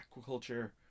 aquaculture